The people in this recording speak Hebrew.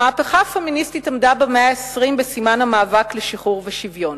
המהפכה הפמיניסטית עמדה במאה ה-20 בסימן המאבק לשחרור ושוויון.